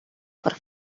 per